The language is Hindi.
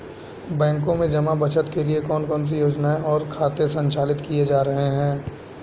बैंकों में जमा बचत के लिए कौन कौन सी योजनाएं और खाते संचालित किए जा रहे हैं?